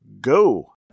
go